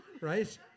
right